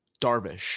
Darvish